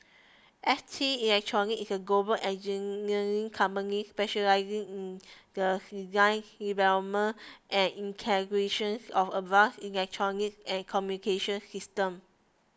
S T Electronics is a global engineering company specialising in the design development and integrations of advanced electronics and communications systems